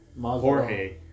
Jorge